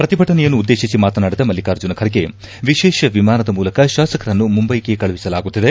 ಪ್ರತಿಭಟನೆಯನ್ನುದ್ದೇಶಿಸಿ ಮಾತನಾಡಿದ ಮಲ್ಲಿಕಾರ್ಜುನ ಖರ್ಗೆ ವಿಶೇಷ ವಿಮಾನದ ಮೂಲಕ ಶಾಸಕರನ್ನು ಮುಂಬೈಗೆ ಕಳುಹಿಸಲಾಗುತ್ತಿದೆ